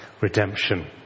redemption